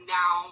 now